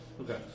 Okay